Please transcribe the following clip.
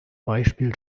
beispiel